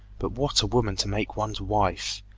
but what a woman to make ones wife!